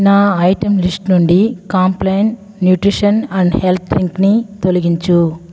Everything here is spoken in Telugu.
నా ఐటెం లిస్టు నుండి కాంప్లాన్ న్యూట్రిషన్ అండ్ హెల్త్ డ్రింక్ని తొలగించు